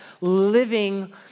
living